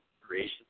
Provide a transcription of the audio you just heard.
creation